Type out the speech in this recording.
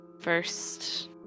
first